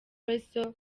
weasel